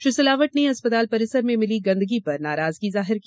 श्री सिलावट ने अस्पताल परिसर में मिली गन्दगी पर नाराजगी जाहिर की